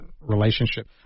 relationship